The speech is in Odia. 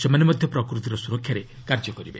ସେମାନେ ମଧ୍ୟ ପ୍ରକୃତିର ସୁରକ୍ଷାରେ କାର୍ଯ୍ୟ କରିବେ